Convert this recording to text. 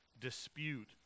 dispute